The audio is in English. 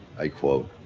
i quote,